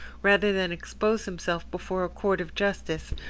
rather than expose himself before a court of justice,